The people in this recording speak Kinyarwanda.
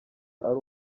ari